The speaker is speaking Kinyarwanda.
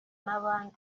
n’abandi